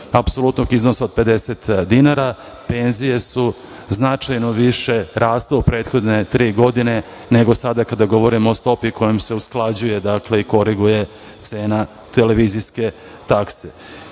apsolutnog iznosa od 50 dinara, penzije su značajno više, rasle u prethodne tri godine, nego sada kada govorimo o stopi kojom se usklađuje, dakle, i koriguje cena televizijske takse. Kada